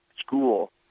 school